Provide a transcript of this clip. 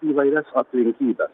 įvairias aplinkybes